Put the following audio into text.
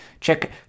Check